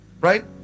Right